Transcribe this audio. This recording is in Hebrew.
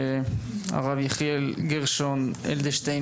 הרב יחיאל גרשון אדלשטיין,